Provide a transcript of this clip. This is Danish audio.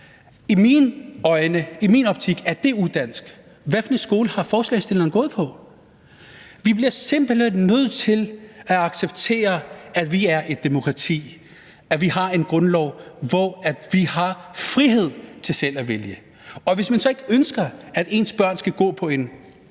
I mine øjne, i min optik, er det udansk. Hvad for en skole har forslagsstilleren gået på? Vi bliver simpelt hen nødt til at acceptere, at vi er et demokrati; at vi har en grundlov, hvor vi har frihed til selv at vælge. Og hvis man så ikke ønsker, at ens børn skal gå på en